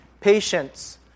patience